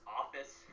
office